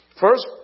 first